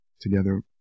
together